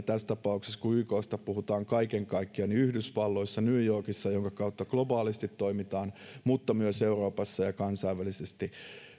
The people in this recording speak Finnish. tässä tapauksessa kun yksta puhutaan yhdysvalloissa new yorkissa jonka kautta globaalisti toimitaan mutta myös euroopassa ja kansainvälisesti